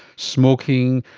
smoking,